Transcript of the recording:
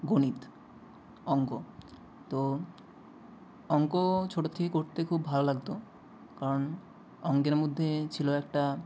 গণিত অঙ্ক তো অঙ্ক ছোটোর থেকে করতে খুব ভালো লাগতো কারণ অঙ্কের মধ্যে ছিলো একটা